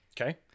Okay